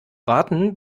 warten